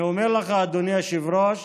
אני אומר לך, אדוני היושב-ראש,